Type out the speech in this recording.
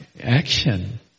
action